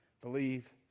believe